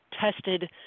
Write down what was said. tested